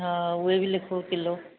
हा उहे बि लिखो किलो